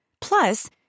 Plus